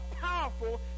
powerful